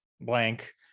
blank